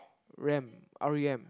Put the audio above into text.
Rem R E M